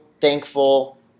thankful